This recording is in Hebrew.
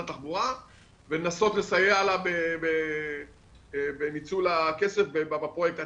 התחבורה ולנסות לסייע לה בניצול הכסף ובפרויקט עצמו.